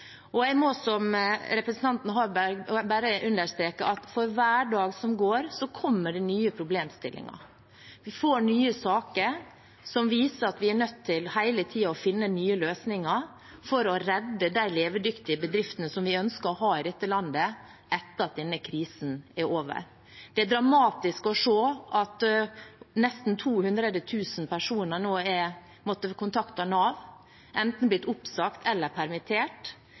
Og jeg må, som representanten Harberg, bare understreke at for hver dag som går, kommer det nye problemstillinger. Vi får nye saker som viser at vi hele tiden er nødt til å finne nye løsninger for å redde de levedyktige bedriftene som vi ønsker å ha i dette landet etter at denne krisen er over. Det er dramatisk å se at nesten 200 000 personer nå har måttet kontakte Nav, at de enten har blitt oppsagt eller permittert.